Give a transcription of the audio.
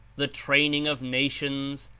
the training of nations,